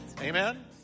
Amen